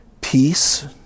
peace